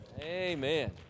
Amen